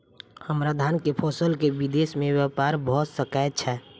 हम्मर धान केँ फसल केँ विदेश मे ब्यपार भऽ सकै छै?